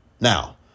Now